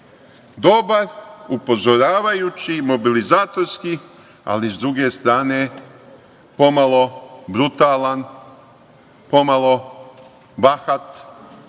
dobar, upozoravajući, mobilizatorski ali s druge strane pomalo brutalan, pomalo bahat,